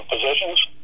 positions